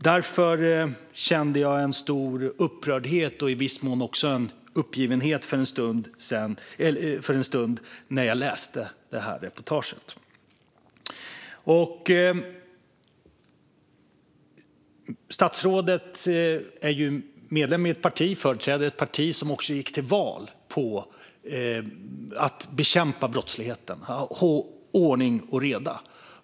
Därför kände jag mig upprörd och uppgiven för en stund när jag läste reportaget. Statsrådet företräder ett parti som gick till val på att bekämpa brottsligheten och få ordning och reda.